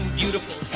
beautiful